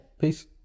peace